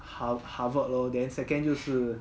har~ harvard lor then second 就是